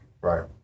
right